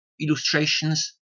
illustrations